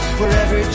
wherever